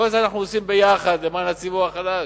כל זה אנחנו עושים ביחד למען הציבור החלש.